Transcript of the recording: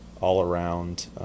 all-around